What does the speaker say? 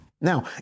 Now